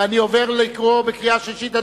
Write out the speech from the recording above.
ואני עובר לקרוא בקריאה שלישית,